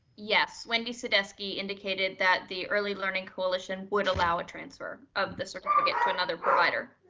yes, wendy sydeski indicated that the early learning coalition would allow a transfer of the certificate to another provider.